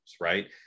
right